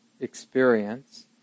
experience